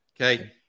Okay